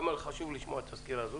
חשוב לשמוע את הסקירה וללמוד.